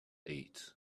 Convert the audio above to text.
eat